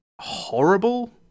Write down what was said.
horrible